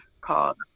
called